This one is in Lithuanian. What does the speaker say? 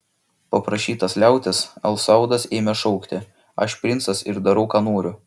paprašytas liautis al saudas ėmė šaukti aš princas ir darau ką noriu